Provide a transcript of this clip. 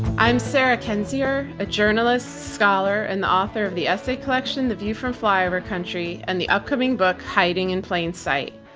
i'm sarah kendzior, a journalist, scholar, and the author of the essay collection the view from flyover country and the upcoming book hiding in plain sight.